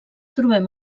trobem